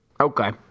Okay